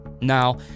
Now